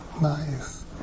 nice